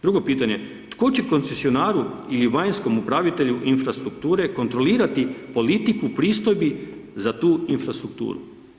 Drugo pitanje, tko će koncesionaru ili vanjskom upravitelju infrastrukture kontrolirati politiku pristojbi za tu infrastrukturu.